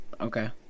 Okay